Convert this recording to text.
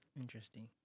interesting